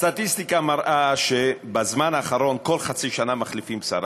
הסטטיסטיקה מראה שבזמן האחרון כל חצי שנה מחליפים שר.